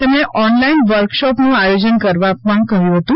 તેમણે ઓનલાઇન વર્કશોપનું આયોજન કરવા પણ કહ્યું હતું હતું